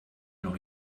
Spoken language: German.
noch